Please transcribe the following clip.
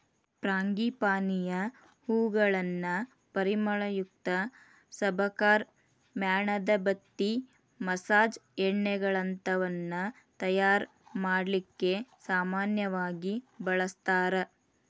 ಫ್ರಾಂಗಿಪಾನಿಯ ಹೂಗಳನ್ನ ಪರಿಮಳಯುಕ್ತ ಸಬಕಾರ್, ಮ್ಯಾಣದಬತ್ತಿ, ಮಸಾಜ್ ಎಣ್ಣೆಗಳಂತವನ್ನ ತಯಾರ್ ಮಾಡ್ಲಿಕ್ಕೆ ಸಾಮನ್ಯವಾಗಿ ಬಳಸ್ತಾರ